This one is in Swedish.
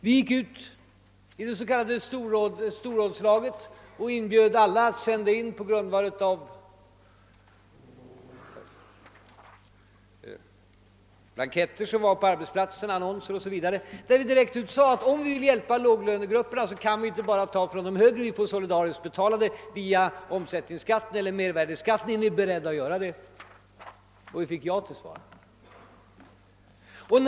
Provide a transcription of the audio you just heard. Vi inbjöd sedan till det s.k. Storrådslaget, i samband med vilket vi via blanketter på arbetsplatserna, annonser m.m. framhöll att vi, om vi ville hjälpa låglönegrupperna, inte bara kan ta av de högavlönade utan solidariskt måste bidra härtill via mervärdeskatten och frågade om vederbörande var beredda till en sådan insats. Vi fick ja på den frågan.